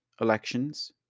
elections